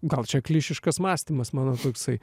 gal čia klišiškas mąstymas mano toksai